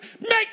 make